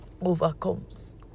overcomes